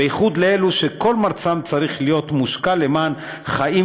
בייחוד של אלו שכל מרצם צריך להיות מושקע למען חיים